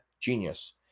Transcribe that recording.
genius